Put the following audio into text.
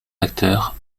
acteurs